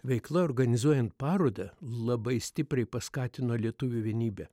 veikla organizuojant parodą labai stipriai paskatino lietuvių vienybę